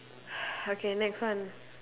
okay next one